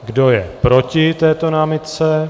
Kdo je proti této námitce?